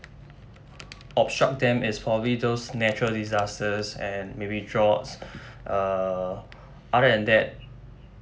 obstruct them is probably those natural disasters and maybe drought uh other than that